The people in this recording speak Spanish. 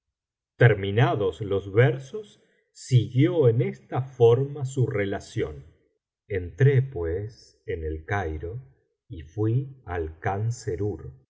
terminados los versos siguió en esta forma su relación entré pues en el cairo y fui al